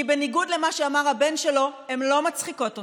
כי בניגוד למה שאמר הבן שלו, הן לא מצחיקות אותו,